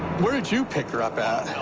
where did you pick her up at?